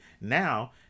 Now